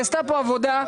נעשתה כאן עבודה.